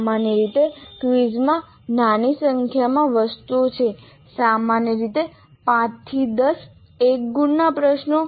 સામાન્ય રીતે ક્વિઝમાં નાની સંખ્યામાં વસ્તુઓ હોય છે સામાન્ય રીતે 5 થી 10 એક ગુણના પ્રશ્નો